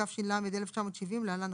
התש"ל-1970 (להלן,